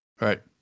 Right